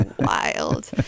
wild